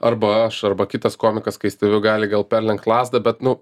arba aš arba kitas komikas kai stebiu gali gal perlenkt lazdą bet nu